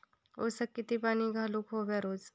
ऊसाक किती पाणी घालूक व्हया रोज?